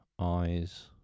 eyes